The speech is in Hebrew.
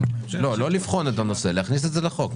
לא לבחון את הנושא אלא להכניס את זה לחוק.